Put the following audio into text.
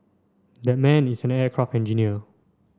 that man is an aircraft engineer